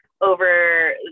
over